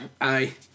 Aye